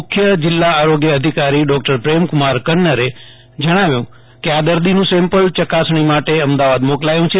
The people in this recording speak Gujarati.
મુખ્ય જીલ્લા આરોગ્ય અધિકારી ડોક્ટર પ્રેમકુમાર કન્નરે જણાવ્યુ કે આ દર્દીનું સેમ્પલ ચકાસણી માટે અમદાવાદ મોકલપ્યુ છે